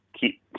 keep